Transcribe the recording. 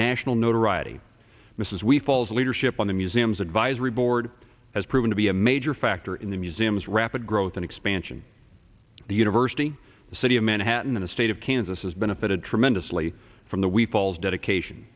national notoriety mrs we falls leadership on the museum's advisory board has proven to be a major factor in the museum's rapid growth and expansion the university the city of manhattan in the state of kansas has benefited tremendously from the